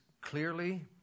clearly